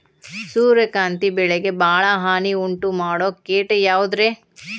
ಸೂರ್ಯಕಾಂತಿ ಬೆಳೆಗೆ ಭಾಳ ಹಾನಿ ಉಂಟು ಮಾಡೋ ಕೇಟ ಯಾವುದ್ರೇ?